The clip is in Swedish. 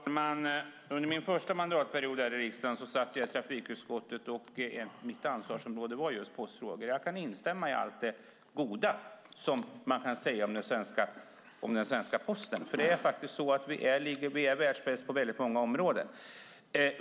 Herr talman! Under min första mandatperiod här i riksdagen satt jag i trafikutskottet. Mitt ansvarsområde var just postfrågor. Jag kan instämma i allt det goda som man kan säga om svenska Posten. Det är faktiskt så att vi är världsbäst på väldigt många områden.